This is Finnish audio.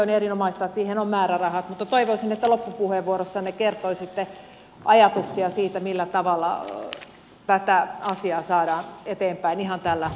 on erinomaista että siihen on määrärahat mutta toivoisin että loppupuheenvuorossanne kertoisitte ajatuksia siitä millä tavalla tätä asiaa saadaan eteenpäin ihan tällä vaalikaudella